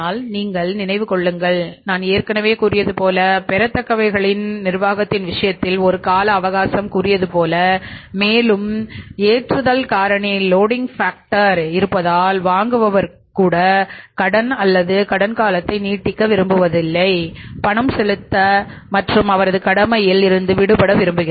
ஆனால் நீங்கள் நினைவு கொள்ளுங்கள் நான் ஏற்கனவே கூறியது போல பெறத்தக்கவைகளின் நிர்வாகத்தின் விஷயத்தில் ஒரு கால அவகாசம் கூறியதுபோலமேலும் ஏற்றுதல் காரணி லோடிங் ஃபேக்டர் கடன் கேட்கும்போது இது சாத்தியமாகும்